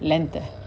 length err